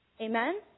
Amen